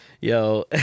Yo